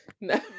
no